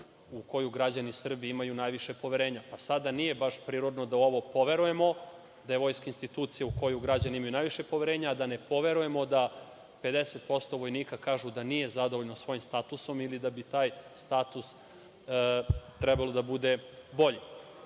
u koju građani Srbije imaju najviše poverenja. Pa sada, nije baš prirodno da u ovo poverujemo, da je Vojska institucija u koju građani imaju najviše poverenja, a da ne poverujemo da 50% vojnika kažu da nije zadovoljno svojim statusom ili da bi taj status trebalo da bude bolji. Ono